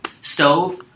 stove